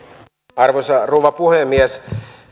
arvoisa rouva puhemies